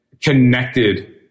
connected